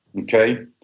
Okay